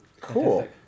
cool